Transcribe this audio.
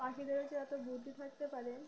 পাখিদের যে এত বুদ্ধি থাকতে পারে